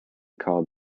called